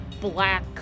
black